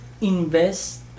invest